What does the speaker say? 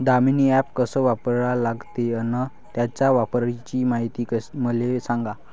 Damini app कस वापरा लागते? अन त्याच्या वापराची मायती मले सांगा